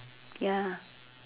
ya